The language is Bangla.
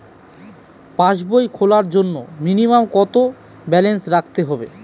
পাসবই খোলার জন্য মিনিমাম কত ব্যালেন্স রাখতে হবে?